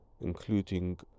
including